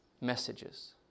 messages